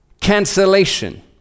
Cancellation